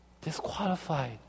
Disqualified